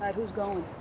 who's goin'?